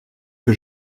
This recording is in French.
que